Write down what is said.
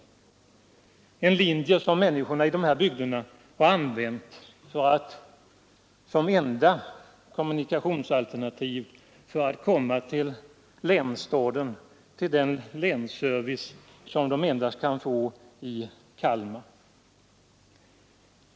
Det gäller en linje som människorna i de här bygderna har haft som enda kommunikationsmöjlighet för att komma till länsstaden och till den länsservice som de endast kan få i Kalmar.